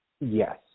Yes